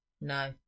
No